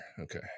Okay